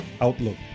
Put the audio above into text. outlook